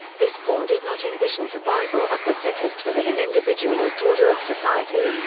this form did not envision survival of the fittest within an individualist order of society,